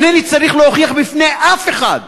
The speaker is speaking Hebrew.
אינני צריך להוכיח בפני אף אחד,